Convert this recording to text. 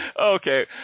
Okay